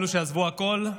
אלה שעזבו הכול,